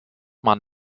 man